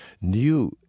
new